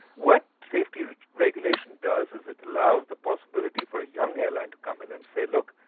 what safety regulation does is it allows the possibility for a young airline to come in and say, look,